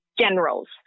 generals